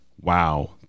wow